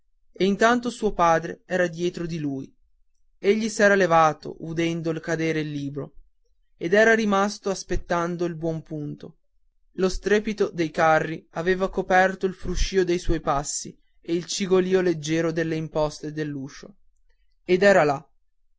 e intanto suo padre era dietro di lui egli s'era levato udendo cadere il libro ed era rimasto aspettando il buon punto lo strepito dei carri aveva coperto il fruscio dei suoi passi e il cigolio leggiero delle imposte dell'uscio ed era là